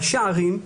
ראשי ערים,